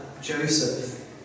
Joseph